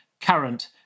current